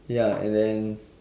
ya and then